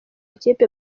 ikipe